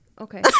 Okay